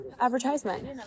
advertisement